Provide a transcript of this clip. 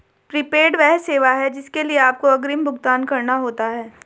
prepaid वह सेवा है जिसके लिए आपको अग्रिम भुगतान करना होता है